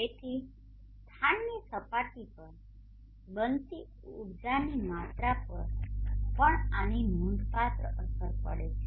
તેથી સ્થાનની સપાટી પર બનતી ઉર્જાની માત્રા પર પણ આની નોંધપાત્ર અસર પડે છે